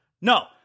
no